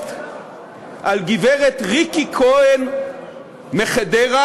הפוסט על גברת ריקי כהן מחדרה,